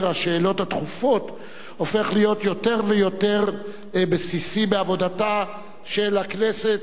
השאלות הדחופות הופך להיות יותר ויותר בסיסי בעבודתה של הכנסת,